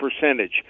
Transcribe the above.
percentage